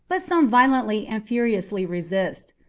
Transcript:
but some violently and furiously resist.